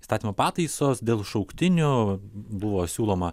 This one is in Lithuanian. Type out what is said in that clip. įstatymo pataisos dėl šauktinių buvo siūloma